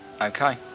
Okay